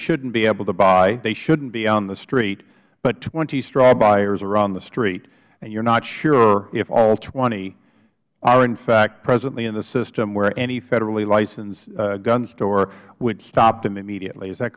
shouldn't be able to buy they shouldn't be on the street but twenty straw buyers are on the street and you're not sure if all twenty are in fact presently in the system where any federally licensed gun store would stop them immediately is that